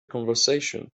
conversation